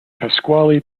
pasquale